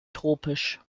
tropisch